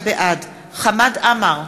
בעד חמד עמאר,